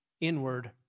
inward